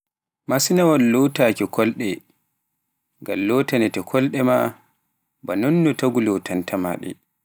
Masinaawal lotuuki kolɗe ngal lotaatnte kolɗe ba nonno taagu lotannta maa.